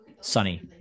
sunny